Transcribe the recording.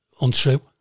untrue